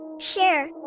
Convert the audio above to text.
share